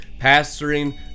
pastoring